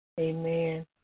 Amen